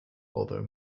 although